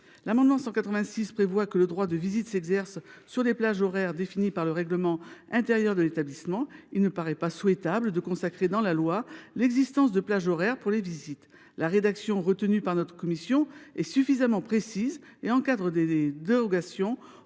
sa part à préciser que le droit de visite s’exerce sur les plages horaires définies par le règlement intérieur de l’établissement. Or il ne paraît pas souhaitable de consacrer dans la loi l’existence de telles plages horaires. La rédaction retenue par notre commission est suffisamment précise et encadre les dérogations